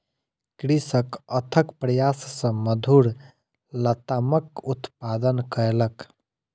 कृषक अथक प्रयास सॅ मधुर लतामक उत्पादन कयलक